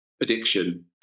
addiction